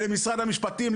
למשרד המשפטים,